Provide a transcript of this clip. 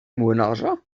młynarza